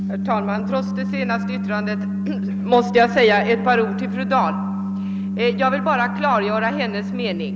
Herr talman! Trots det senaste yttrandet måste jag säga ett par ord till fru Dahl. Jag vill bara klargöra hennes mening.